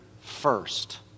first